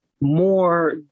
more